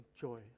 joy